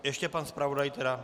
Ještě pan zpravodaj tedy.